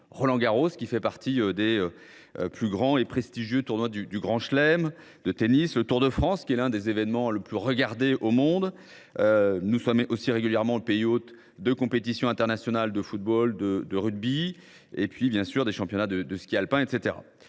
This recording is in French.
Roland Garros, qui fait partie des plus grands et des plus prestigieux tournois de tennis du Grand Chelem, ou le Tour de France, qui est l’un des événements les plus regardés au monde. Nous sommes aussi régulièrement le pays hôte de compétitions internationales de football, de rugby et de championnats de ski alpin, etc.